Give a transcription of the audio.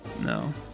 No